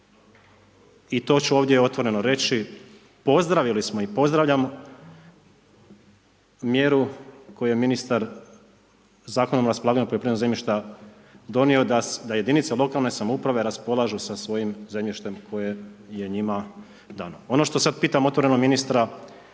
i to ću ovdje otvoreno reći, pozdravili smo i pozdravljam mjeru, koju je ministar Zakonom o raspolaganju poljoprivrednog zemljišta, donio da jedinice lokalne samouprave raspolažu sa svojim zemljištem koje je njima dano. Ono što sada pitam otvoreno ministra,